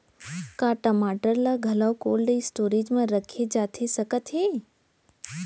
का टमाटर ला घलव कोल्ड स्टोरेज मा रखे जाथे सकत हे?